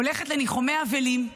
הולכת לניחומי אבלים,